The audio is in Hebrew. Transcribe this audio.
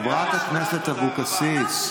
חברת הכנסת אבקסיס,